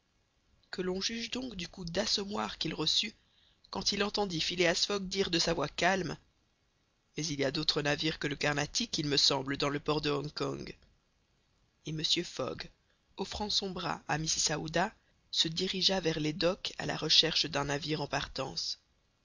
que l'on juge donc du coup d'assommoir qu'il reçut quand il entendit phileas fogg dire de sa voix calme mais il y a d'autres navires que le carnatic il me semble dans le port de hong kong et mr fogg offrant son bras à mrs aouda se dirigea vers les docks à la recherche d'un navire en partance